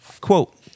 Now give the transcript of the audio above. Quote